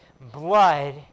blood